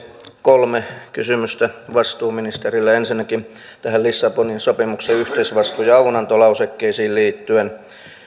kolme kysymystä vastuuministerille ensinnäkin lissabonin sopimuksen yhteisvastuu ja avunantolausekkeisiin liittyen